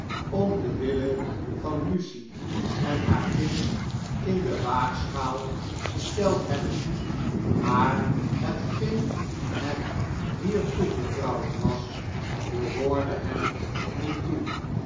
om den wille van lucie en haar kind in de waagschaal gesteld hebben maar hetgeen hem hier toevertrouwd was behoorde hem niet toe